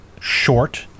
short